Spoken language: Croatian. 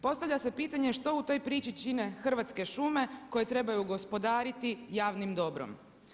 Postavlja se pitanje što u toj priči čini Hrvatske šume koje trebaju gospodariti javnim dobrom?